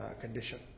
condition